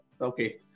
Okay